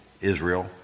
Israel